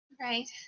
Right